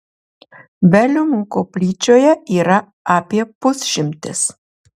veliumų koplyčioje yra apie pusšimtis